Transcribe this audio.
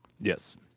Yes